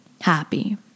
happy